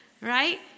Right